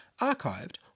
archived